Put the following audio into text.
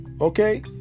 okay